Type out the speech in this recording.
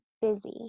busy